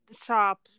shop